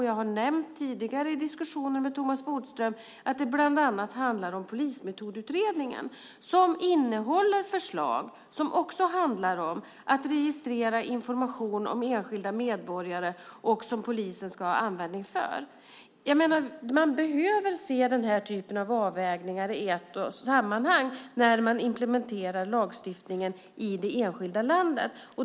Jag har nämnt i tidigare diskussioner med Thomas Bodström att det bland annat handlar om Polismetodutredningen som innehåller förslag som också handlar om att registrera information om enskilda medborgare som polisen ska ha användning för. Man behöver se den här typen av avvägningar i ett sammanhang när man implementerar lagstiftningen i det enskilda landet.